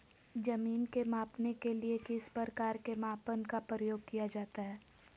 जमीन के मापने के लिए किस प्रकार के मापन का प्रयोग किया जाता है?